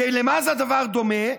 למה הדבר דומה?